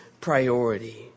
priority